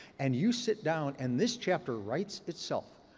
and you sit down, and this chapter writes itself.